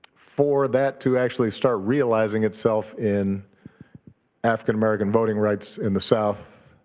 for that to actually start realizing itself in african american voting rights in the south,